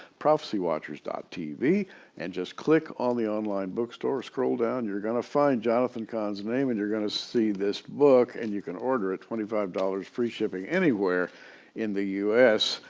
prophecywatchers tv and just click on the online bookstore, scroll down. you're going to find jonathan cahn's name and you're going to see this book and you can order it, twenty five dollars free shipping anywhere in the u s.